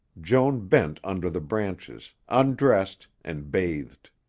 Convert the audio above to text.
joan bent under the branches, undressed and bathed.